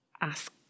ask